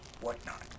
whatnot